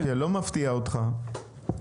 לא מפתיע אותך?